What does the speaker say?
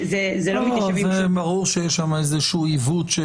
זה לא מתיישב --- ברור שיש שם איזשהו עיוות.